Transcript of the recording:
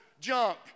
junk